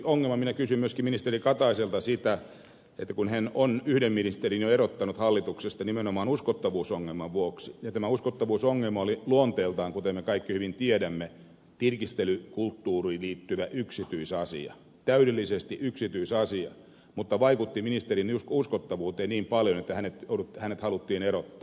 minä kysyn myöskin ministeri kataiselta siitä kun hän on yhden ministerin jo erottanut hallituksesta nimenomaan uskottavuusongelman vuoksi ja tämä uskottavuusongelma oli luonteeltaan kuten me kaikki hyvin tiedämme tirkistelykulttuuriin liittyvä yksityisasia täydellisesti yksityisasia mutta vaikutti ministerin uskottavuuteen niin paljon että hänet haluttiin erottaa